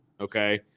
Okay